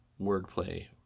wordplay